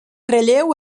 relleu